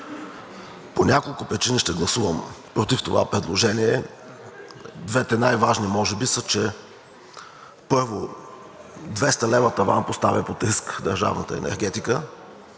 по няколко причини ще гласувам против това предложение. Двете най-важни може би са, че, първо, 200 лв. таван поставя под риск държавната енергетика.